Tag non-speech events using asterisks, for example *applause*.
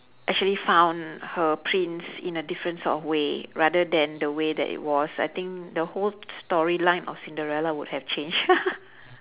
actually found her prince in a different sort of way rather than the way that it was I think the whole storyline of cinderella would have changed *laughs*